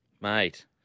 Mate